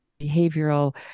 behavioral